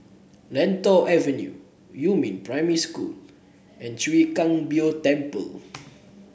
Lentor Avenue Yumin Primary School and Chwee Kang Beo Temple